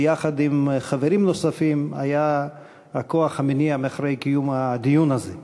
שיחד עם חברים נוספים היה הכוח המניע מאחורי קיום הדיון הזה.